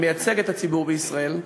המייצג את הציבור בישראל,